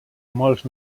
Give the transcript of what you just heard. molts